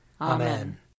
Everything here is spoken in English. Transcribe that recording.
Amen